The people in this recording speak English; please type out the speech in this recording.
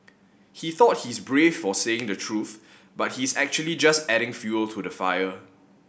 he thought he's brave for saying the truth but he's actually just adding fuel to the fire